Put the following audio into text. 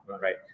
right